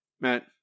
Matt